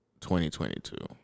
2022